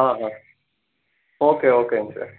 ஆ ஆ ஓகே ஓகேங்க சார்